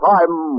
Time